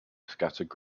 scattered